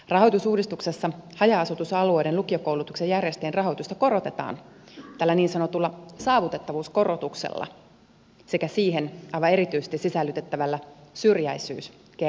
rahoitusuudistuksessa haja asutusalueiden lukiokoulutuksen järjestäjien rahoitusta korotetaan tällä niin sanotulla saavutettavuuskorotuksella sekä siihen aivan erityisesti sisällytettävällä syrjäisyyskertoimella